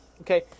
Okay